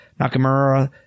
Nakamura